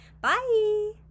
Bye